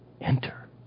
enter